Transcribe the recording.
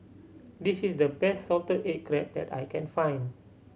this is the best salted egg crab that I can find